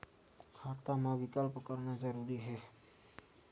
खाता मा विकल्प करना जरूरी है?